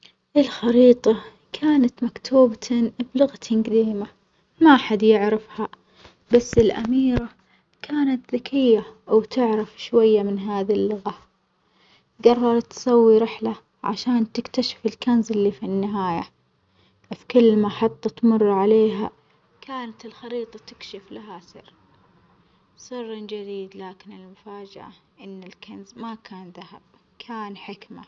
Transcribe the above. الخريطة كانت مكتوبة بلغة جديمة ما أحد يعرفها، بس الأميرة كانت ذكية وتعرف شوية من هذي اللغة، جررت تسوي رحلة عشان تكتشف الكنز اللي في النهاية، في كل محطة تمر عليها كانت الخريطة تكشف لها سر، سرٍ جديد، لكن المفاجأة إن الكنز ما كان دهب كان حكمة.